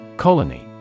Colony